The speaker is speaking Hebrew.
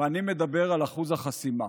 ואני מדבר על אחוז החסימה.